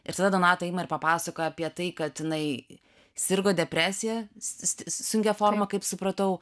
ir tada donata ima ir papasakoja apie tai kad jinai sirgo depresija sunkia forma kaip supratau